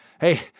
Hey